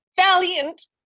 valiant